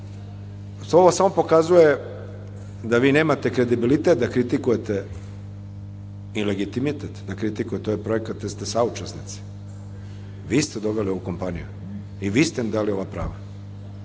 samo pokazuje da vi nemate kredibilitet da kritikujete i legitimitet, da kritikujete ovaj projekat jer ste saučesnici, vi ste doveli ovu kompaniju i vi ste im dali ova prava.